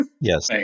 Yes